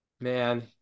Man